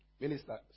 minister